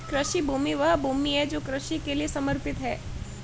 कृषि भूमि वह भूमि है जो कृषि के लिए समर्पित है